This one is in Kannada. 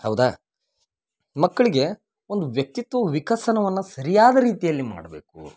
ಹೌದಾ ಮಕ್ಕಳ್ಗೆ ಒಂದು ವ್ಯಕ್ತಿತ್ವ ವಿಕಸನವನ್ನ ಸರಿಯಾದ ರೀತಿಯಲ್ಲಿ ಮಾಡಬೇಕು